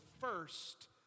first